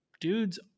dudes